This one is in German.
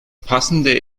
passende